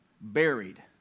buried